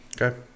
Okay